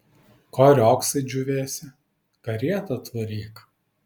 ko riogsai džiūvėsi karietą atvaryk